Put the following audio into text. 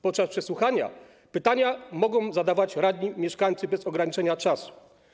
Podczas przesłuchania pytania mogą zadawać radni, mieszkańcy bez ograniczenia czasu.